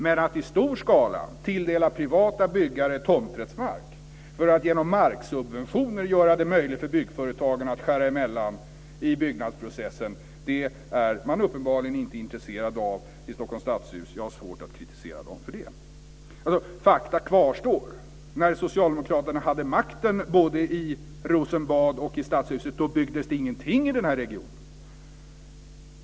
Men att i stor skala tilldela privata byggare tomträttsmark för att genom marksubventioner göra det möjligt för byggföretagen att skära emellan i byggnadsprocessen, det är man uppenbarligen inte intresserad av i Stockholms stadshus. Jag har svårt att kritisera dem för det. Fakta kvarstår. När socialdemokraterna hade makten både i Rosenbad och i Stadshuset byggdes det ingenting i den här regionen.